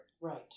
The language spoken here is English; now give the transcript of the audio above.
Right